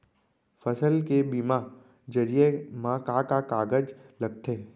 फसल के बीमा जरिए मा का का कागज लगथे?